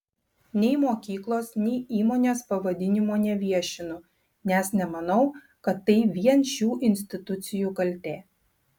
nei mokyklos nei įmonės pavadinimo neviešinu nes nemanau kad tai vien šių institucijų kaltė